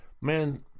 man